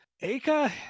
Aka